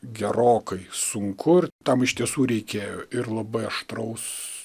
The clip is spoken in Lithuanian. gerokai sunku ir tam iš tiesų reikėjo ir labai aštraus